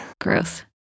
Gross